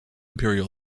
imperial